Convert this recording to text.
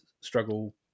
struggle